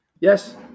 Yes